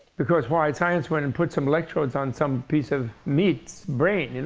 because why? science went and put some electrodes on some piece of meat, brain, you know